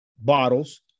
bottles